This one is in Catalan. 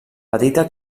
petita